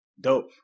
Dope